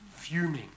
Fuming